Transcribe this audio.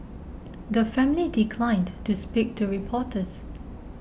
the family declined to speak to reporters